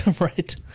Right